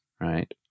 Right